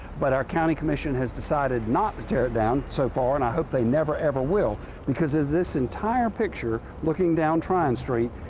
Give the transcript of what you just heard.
but our county commission has decided not to tear it down so far, and i hope they never, ever will because of this entire picture looking down tryon street,